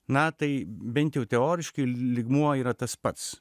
na tai bent jau teoriškai lygmuo yra tas pats